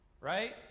Right